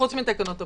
חוץ מתקנות הבריאות.